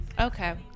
Okay